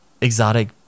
exotic